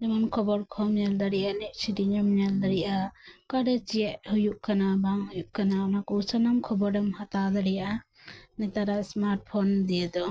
ᱡᱮᱢᱚᱱ ᱠᱷᱚᱵᱚᱨ ᱠᱚᱢ ᱧᱮᱞ ᱫᱟᱲᱮᱭᱟᱜᱼᱟ ᱮᱱᱮᱡ ᱥᱮᱨᱮᱧᱮᱢ ᱧᱮᱞ ᱫᱟᱲᱮᱭᱟᱜᱼᱟ ᱚᱠᱟᱨᱮ ᱪᱮᱫ ᱦᱩᱭᱩᱜ ᱠᱟᱱᱟ ᱵᱟᱝ ᱦᱩᱭᱩᱜ ᱠᱟᱱᱟ ᱚᱱᱟᱠᱚ ᱥᱟᱱᱟᱢ ᱠᱷᱚᱵᱚᱨᱮᱢ ᱦᱟᱛᱟᱣ ᱫᱟᱲᱮᱭᱟᱜᱼᱟ ᱱᱮᱛᱟᱨᱟᱜ ᱥᱢᱟᱨᱴ ᱯᱷᱳᱱ ᱫᱤᱭᱟ ᱫᱚ